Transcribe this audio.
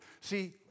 See